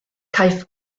caiff